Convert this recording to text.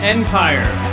Empire